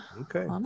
Okay